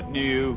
new